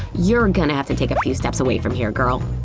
you're gonna have to take a few steps away from here, girl.